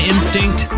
Instinct